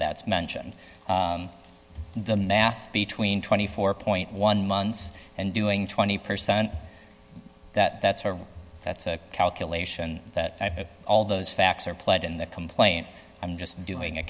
that mention the nath between twenty four point one months and doing twenty percent that that's her that's a calculation that all those facts are pledged in the complaint i'm just doing a